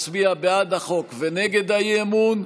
מצביע בעד החוק ונגד האי-אמון,